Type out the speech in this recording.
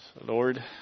Lord